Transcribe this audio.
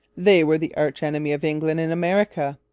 they were the arch-enemy of england in america.